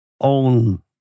own